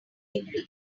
degree